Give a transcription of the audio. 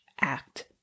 act